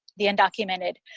the undocumented,